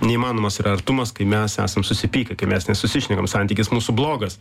neįmanomas yra artumas kai mes esam susipykę kai mes nesusišnekam santykis mūsų blogas